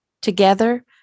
Together